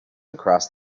across